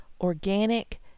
organic